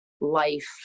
life